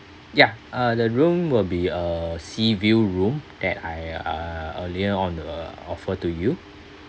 ya uh the room will be a sea view room that I uh earlier on uh offer to you